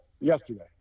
yesterday